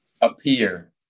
appear